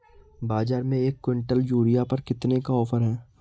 बाज़ार में एक किवंटल यूरिया पर कितने का ऑफ़र है?